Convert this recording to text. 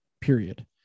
period